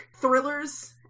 thrillers